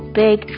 big